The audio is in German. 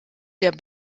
der